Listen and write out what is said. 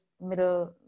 middle